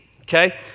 okay